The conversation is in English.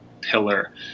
pillar